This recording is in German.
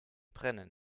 brennen